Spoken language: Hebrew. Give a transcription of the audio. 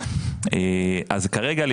כרגע,